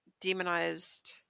demonized